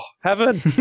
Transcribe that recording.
heaven